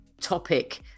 topic